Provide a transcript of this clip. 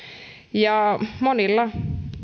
monilla